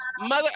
Mother